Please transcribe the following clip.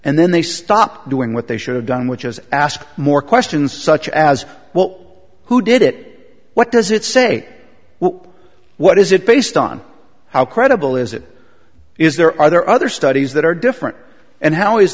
and then they stop doing what they should have done which is ask more questions such as well who did it what does it say well what is it based on how credible is it is there are there other studies that are different and how is